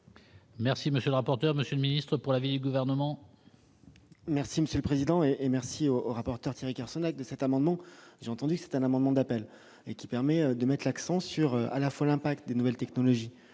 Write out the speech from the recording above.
Merci, monsieur le rapporteur, monsieur le ministre pour la vie et gouvernement. Merci monsieur le président, et merci au rapporteur Thierry Carcenac de cet amendement, j'ai entendu, c'est un amendement d'appel et qui permet de mettent l'accent sur à la fois l'impact des nouvelles technologies